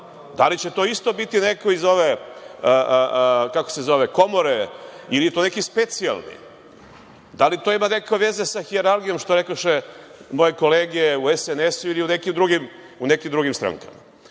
Da li će to isto biti neko iz ove komore, ili je to neki specijalni? Da li to ima neke veze sa hijerarhijom što rekoše moje kolege u SNS ili nekim drugim strankama? Moram